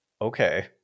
Okay